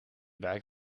wijk